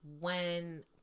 when-